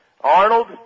Arnold